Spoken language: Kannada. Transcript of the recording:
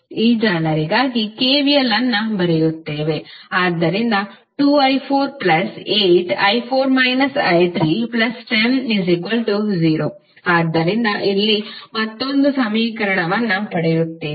ಈ ಜಾಲರಿಗಾಗಿ KVL ಅನ್ನು ಬರೆಯುತ್ತೇವೆ ಆದ್ದರಿಂದ 2i48i4 i3100 ಆದ್ದರಿಂದ ಇಲ್ಲಿ ಮತ್ತೊಂದು ಸಮೀಕರಣವನ್ನು ಪಡೆಯುತ್ತೀರಿ